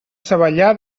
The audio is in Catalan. savallà